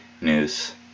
news